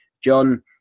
john